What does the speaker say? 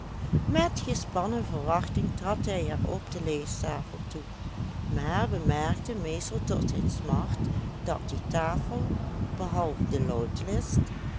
met gespannen verwachting trad hij er op de leestafel toe maar bemerkte meestal tot zijn smart dat die tafel behalve